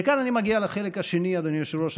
וכאן אני מגיע לחלק השני, אדוני היושב-ראש.